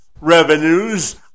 revenues